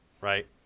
right